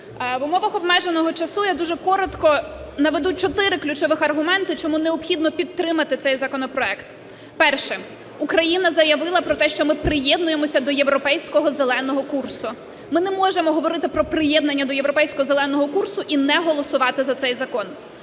В умовах обмеженого часу я дуже коротко наведу чотири ключових аргументи, чому необхідно підтримати цей законопроект. Перше. Україна заявила про те, що ми приєднуємося до Європейського зеленого курсу. Ми не можемо говорити про приєднання до Європейського зеленого курсу і не голосувати за цей закон.